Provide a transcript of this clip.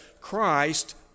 Christ